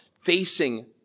facing